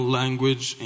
language